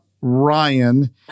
Ryan